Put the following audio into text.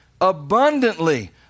abundantly